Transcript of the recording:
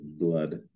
blood